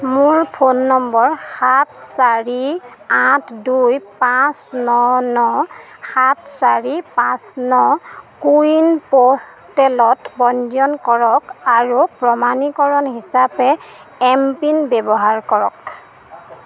মোৰ phone number সাত চাৰি আঠ দুই পাঁচ ন ন সাত চাৰি পাঁচ ন কো ৱিন প'ৰ্টেলত পঞ্জীয়ন কৰক আৰু প্ৰমাণীকৰণ হিচাপে এম পিন ব্যৱহাৰ কৰক